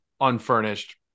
unfurnished